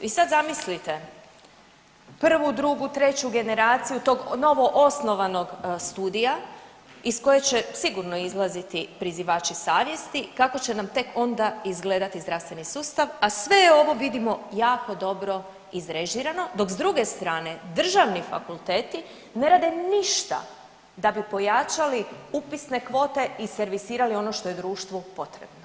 I sad zamislite prvu, drugu, treću generaciju tog novo osnovanog studija iz koje će sigurno izlaziti prizivači savjesti kako će nam tek onda izgledati zdravstveni sustav, a sve je ovo vidimo jako dobro izrežirano dok s druge strane državni fakulteti ne rade ništa da bi pojačali upisne kvote i servisirali ono što je društvu potrebno.